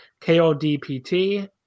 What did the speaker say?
KODPT